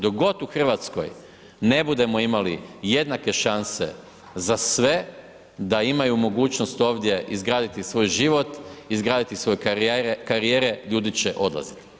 Dok god u Hrvatskoj ne budemo imali jednake šanse za sve, da imaju mogućnost ovdje izgraditi svoj život, izgraditi svoje karijere, ljudi će odlaziti.